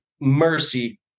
mercy